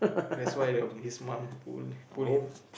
that's why the his mum pull pull him